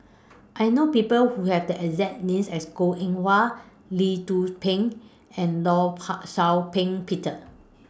I know People Who Have The exact name as Goh Eng Wah Lee Tzu Pheng and law Paw Shau Ping Peter